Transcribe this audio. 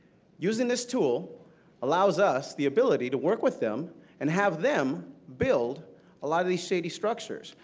using this tool allows us the ability to work with them and have them build a lot of these shady structures.